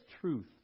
truth